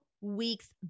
weeks